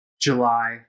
July